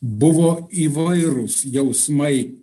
buvo įvairūs jausmai